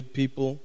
people